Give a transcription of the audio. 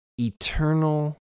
eternal